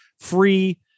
free